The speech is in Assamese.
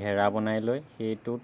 ঘেড়া বনাই লৈ সেইটোত